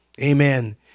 amen